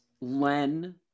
Len